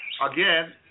again